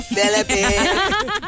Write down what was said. Philippines